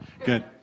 Good